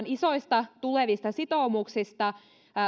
isoista tulevista sitoumuksista